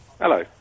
Hello